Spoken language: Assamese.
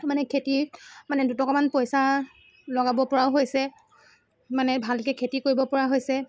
মানে খেতি মানে দুটকামান পইচা লগাব পৰাও হৈছে মানে ভালকৈ খেতি কৰিব পৰা হৈছে